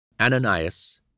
Ananias